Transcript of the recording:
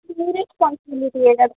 మీ responsibility కదా